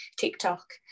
TikTok